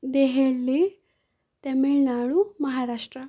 Delhi Tamil Nadu Maharashtra